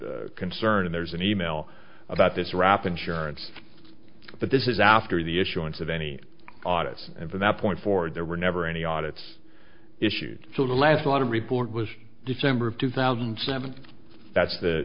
concern and there's an e mail about this rap insurance that this is after the issuance of any audit and from that point forward there were never any audits issued so the last lot of report was december of two thousand and seven that's the